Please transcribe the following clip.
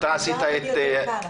אוקיי.